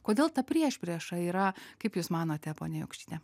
kodėl ta priešprieša yra kaip jūs manote ponia jokšyte